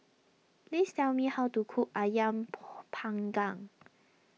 please tell me how to cook Ayam Panggang